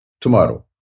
tomorrow